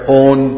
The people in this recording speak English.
own